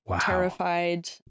terrified